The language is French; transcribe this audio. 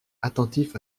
attentifs